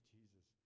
Jesus